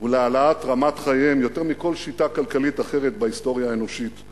ולהעלאת רמת חייהם יותר מכל שיטה כלכלית אחרת בהיסטוריה האנושית.